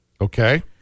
Okay